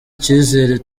kizere